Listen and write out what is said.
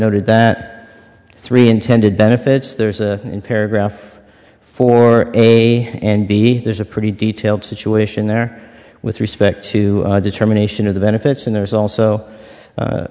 noted that three intended benefits there's a in paragraph four a and b there's a pretty detailed situation there with respect to determination of the benefits and there's also a